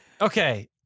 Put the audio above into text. Okay